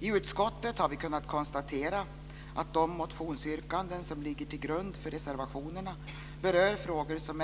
I utskottet har vi kunnat konstatera att de motionsyrkanden som ligger till grund för reservationerna berör frågor som